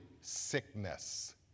sickness